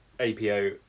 apo